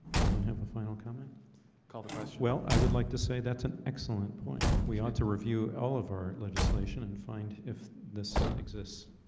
anyone have a final coming call the question well, i would like to say that's an excellent point we ought to review all of our legislation and find if this exists